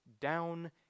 down